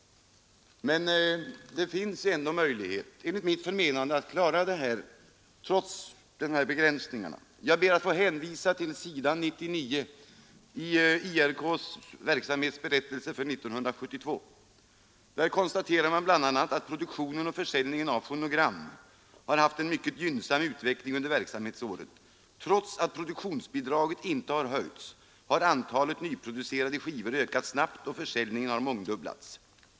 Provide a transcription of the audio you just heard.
Men det finns enligt mitt förmenande ändå möjlighet att klara uppgifterna trots dessa begränsningar. Jag ber att få hänvisa till s. 99 i IRK:s verksamhetsberättelse för 1972. Där konstaterar man bl.a. att produktionen och försäljningen av fonogram har haft en mycket gynnsamm utveckling under verksamhetsåret. Trots att produktionsbidraget inte har höjts, har antalet nyproducerade skivor ökat snabbt, och försäljningen har mångdubblats.